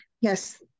yes